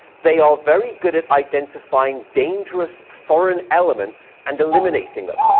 they are very good at identifying dangerous foreign elements and eliminating them.